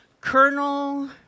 Colonel